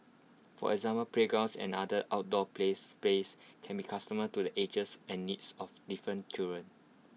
for example playgrounds and other outdoor play spaces can be customised to the ages and needs of different children